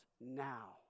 now